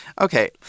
Okay